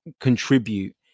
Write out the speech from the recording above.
contribute